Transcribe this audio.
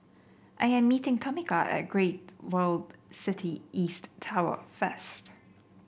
I am meeting Tomika at Great World City East Tower first